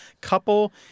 couple